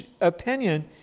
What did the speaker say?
opinion